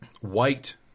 white